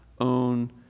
own